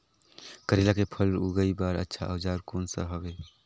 करेला के फसल उगाई बार अच्छा औजार कोन सा हवे?